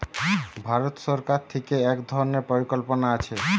ভারত সরকার থিকে এক ধরণের পরিকল্পনা আছে